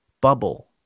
bubble